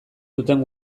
duten